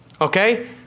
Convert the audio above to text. okay